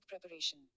preparation